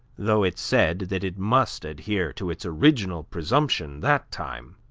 though it said that it must adhere to its original presumption that time.